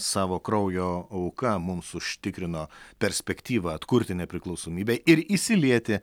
savo kraujo auka mums užtikrino perspektyvą atkurti nepriklausomybę ir įsilieti